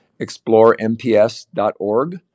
exploremps.org